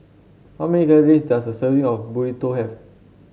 how many calories does a serving of Burrito have